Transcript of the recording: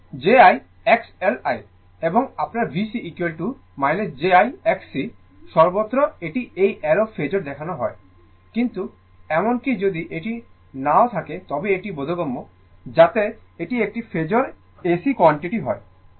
এবং আপনার VC j I Xc সর্বত্র এটি এই অ্যারো ফেজোর দেখানো হয় কিন্তু এমনকি যদি এটি নাও থাকে তবে এটি বোধগম্য যাতে এটি একটি ফেজোর AC কোয়ান্টিটি হয়